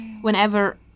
whenever